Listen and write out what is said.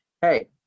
Hey